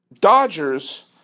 Dodgers